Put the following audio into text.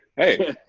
hey,